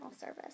service